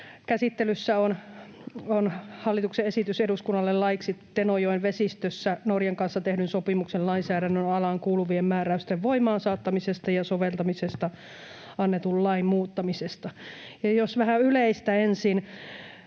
Käsittelyssä on hallituksen esitys eduskunnalle laiksi kalastuksesta Tenojoen vesistössä Norjan kanssa tehdyn sopimuksen lainsäädännön alaan kuuluvien määräysten voimaansaattamisesta ja soveltamisesta annetun lain muuttamisesta. Jos vähän yleistä ensin: